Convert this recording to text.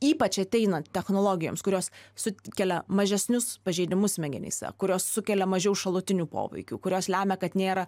ypač ateina technologijoms kurios sukelia mažesnius pažeidimus smegenyse kurios sukelia mažiau šalutinių poveikių kurios lemia kad nėra